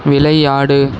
விளையாடு